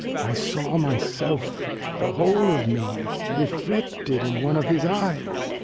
i saw myself the whole of me reflected in one of his eyes!